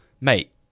Mate